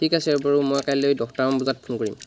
ঠিক আছে বাৰু মই কাইলৈ দহটা মান বজাত ফোন কৰিম